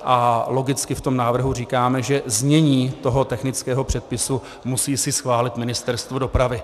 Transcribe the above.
A logicky v tom návrhu říkáme, že znění toho technického předpisu musí si schválit Ministerstvo dopravy.